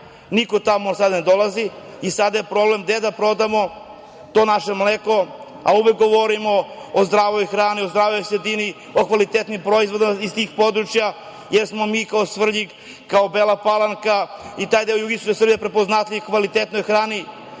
niko tamo sada ne dolazi, problem je gde da prodamo to naše mleko, a uvek govorimo o zdravoj hrani, o zdravoj sredini, o kvalitetnim proizvodima iz tih područja, jer smo mi kao Svrljig, kao Bela Palanka i taj deo jugoistočne Srbije prepoznatljivi po kvalitetnoj hrani,